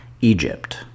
Egypt